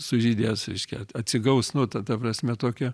sužydės reiškia at atsigaus nu ta tada prasme tokia